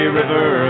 river